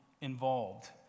involved